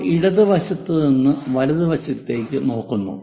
നമ്മൾ ഇടത് വശത്ത് നിന്ന് വലതുവശത്തേക്ക് നോക്കുന്നു